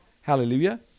Hallelujah